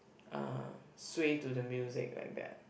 uh sway to the music like that